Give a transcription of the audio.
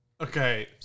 Okay